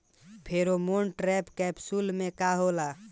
Pheromone trap capsule में का होला?